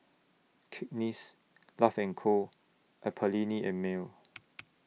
Cakenis Love and Co and Perllini and Mel